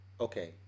okay